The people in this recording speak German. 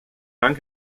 dank